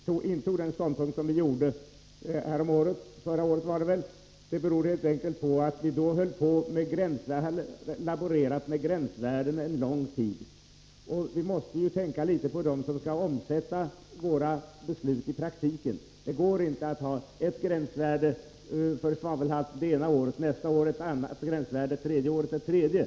Herr talman! Jag vill bara säga några ord. Orsaken till att vi moderater och socialdemokraterna intog den ståndpunkt vi gjorde förra året var åtminstone för oss moderater att vi hade laborerat med olika gränsvärden en lång tid. Vi måste tänka litet på dem som skall omsätta våra beslut i praktiken. Det går inte att ha ett gränsvärde för svavelhalt det ena året, nästa år ett annat gränsvärde och det tredje året ett tredje.